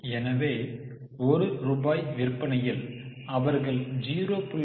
எனவே ஒரு ரூபாய் விற்பனையில் அவர்கள் 0